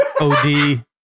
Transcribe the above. OD